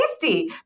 tasty